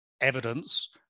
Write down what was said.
evidence